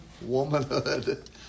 womanhood